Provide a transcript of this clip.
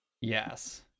Yes